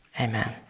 amen